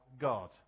God